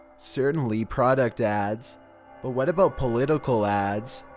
certainly product ads but what about political ads?